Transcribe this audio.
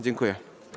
Dziękuję.